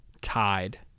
tied